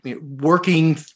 working